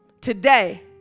Today